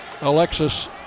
Alexis